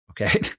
okay